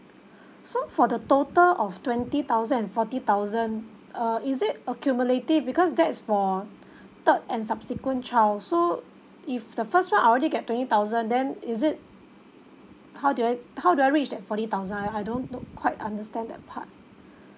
so for the total of twenty thousand and forty thousand uh is it accumulative because that is for third and subsequent child so if the first one I already get twenty thousand then is it how do I how do I reach that forty thousand I I don't quite understand that part